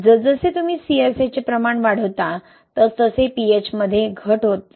जसजसे तुम्ही CSA चे प्रमाण वाढवता तसतसे pH मध्ये घट होते